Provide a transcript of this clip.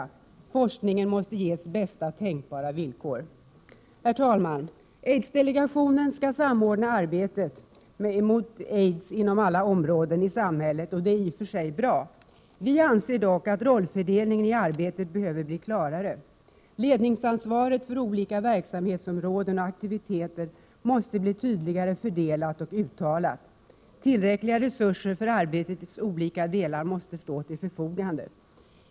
4. Forskningen måste ges bästa tänkbara villkor. Herr talman! Aids-delegationen skall samordna arbetet mot aids inom alla områden i samhället. Det är i och för sig bra. Vi anser dock att rollfördelningen i arbetet behöver bli klarare. Ledningsansvaret för olika verksamhetsområden och aktiviteter måste bli tydligare fördelat och uttalat. Tillräckliga resurser för arbetets olika delar måste stå till förfogande.